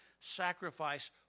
sacrifice